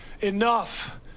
Enough